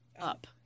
up